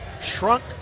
shrunk